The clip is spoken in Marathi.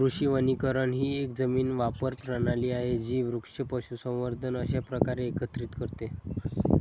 कृषी वनीकरण ही एक जमीन वापर प्रणाली आहे जी वृक्ष, पशुसंवर्धन अशा प्रकारे एकत्रित करते